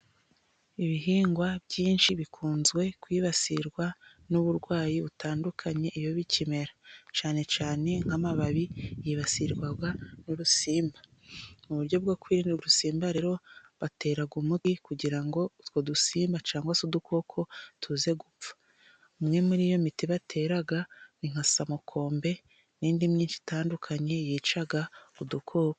Ibihingwa byinshi bikunze kwibasirwa n'uburwayi butandukanye iyo bikimera, cyane cyane nk'amababi yibasirwa n'urusimba, mu buryo bwo kwirinda usimba rero bateraga umuti kugira ngo utwo dusimba cyangwa se udukoko tuze gupfa. Umwe muri yo miti batera ni nka samukombe n'indi myinshi itandukanye yicaga udukoko.